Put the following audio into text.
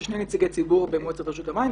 ראשית, יש שני נציגי ציבור במועצת רשות המים.